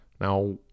Now